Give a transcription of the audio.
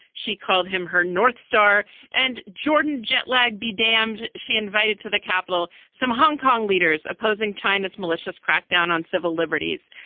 she called him her north star and jordan jet lagged be damned. she invited to the capital some hong kong leaders opposing china's malicious crackdown on civil liberties.